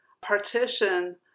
partition